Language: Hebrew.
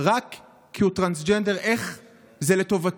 רק כי הוא טרנסג'נדר, איך זה לטובתו?